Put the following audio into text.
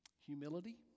humility